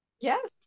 Yes